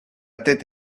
tête